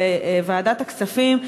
בוועדת הכספים,